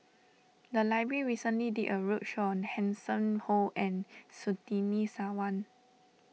the library recently did a roadshow on Hanson Ho and Surtini Sarwan